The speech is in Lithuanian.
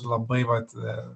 labai vat